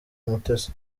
umutesi